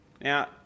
Now